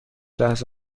لحظه